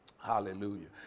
hallelujah